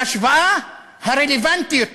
ההשוואה הרלוונטית ביותר,